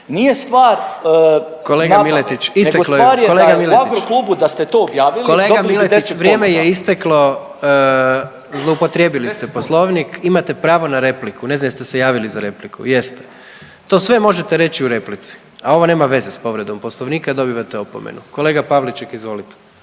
je isteklo./… … i dobili 10 ponuda. **Jandroković, Gordan (HDZ)** Zloupotrijebili ste Poslovnik. Imate pravo na repliku. Ne znam jeste li se javili za repliku? Jeste. To sve možete reći u replici, a ovo nema veze sa povredom Poslovnika. Dobivate opomenu. Kolega Pavliček, izvolite.